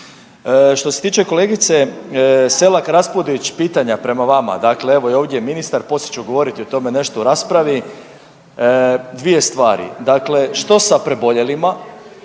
Što se tiče kolegice Selak-Raspudić pitanja prema vama. Dakle, evo ovdje je i ministar, poslije ću govoriti o tome nešto u raspravi. Dvije stvari. Dakle, što sa preboljelima?